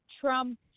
Trump